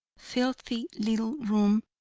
filthy little room,